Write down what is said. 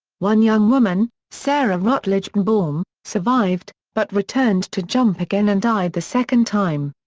one young woman, sarah rutledge birnbaum, survived, but returned to jump again and died the second time.